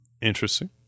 Interesting